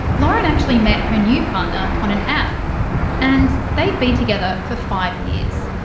lauren actually met her new partner on an app and they've been together for five years.